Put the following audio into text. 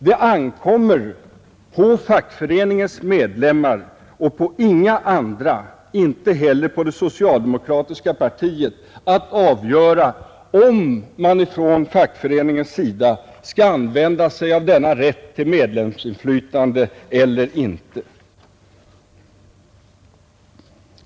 Det ankommer på fackföreningens medlemmar och på inga andra, inte heller på det socialdemokratiska partiet, att avgöra om man från fackföreningens sida skall använda sig av denna rätt till medlemsinflytande eller inte.